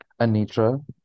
Anitra